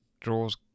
draws